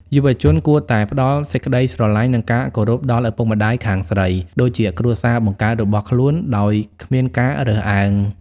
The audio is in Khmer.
យុវជនគួរតែ "ផ្ដល់សេចក្ដីស្រឡាញ់ និងការគោរពដល់ឪពុកម្ដាយខាងស្រី" ដូចជាគ្រួសារបង្កើតរបស់ខ្លួនដោយគ្មានការរើសអើង។